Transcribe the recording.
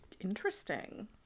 Interesting